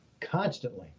constantly